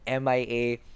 MIA